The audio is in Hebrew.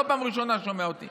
משיקולים של קואליציה ואופוזיציה,